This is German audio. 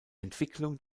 entwicklung